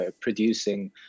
producing